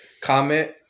comment